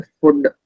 food